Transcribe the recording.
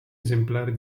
esemplari